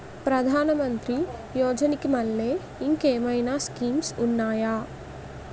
ప్రధాన మంత్రి యోజన కి మల్లె ఇంకేమైనా స్కీమ్స్ ఉన్నాయా?